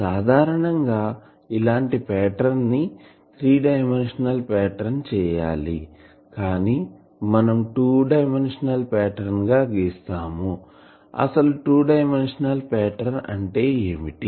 సాధారణంగా ఇలాంటి పాటర్న్ ని 3 డైమెన్షనల్ పాటర్న్ చేయాలి కానీ మనం 2 డైమెన్షనల్ పాటర్న్ గా గీస్తాము అసలు 2 డైమెన్షనల్ పాటర్న్ అంటే ఏమిటి